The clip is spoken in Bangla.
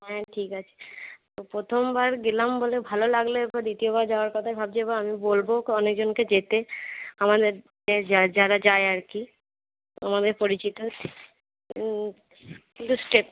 হ্যাঁ ঠিক আছে তো প্রথমবার গেলাম বলে ভালো লাগলে এরপর দ্বিতীয়বার যাওয়ার কথাই ভাবছি এবার আমি বলব কো অনেকজনকে যেতে আমাদের যে যা যারা যায় আর কি আমাদের পরিচিত কিন্তু স্টেপ